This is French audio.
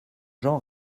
jean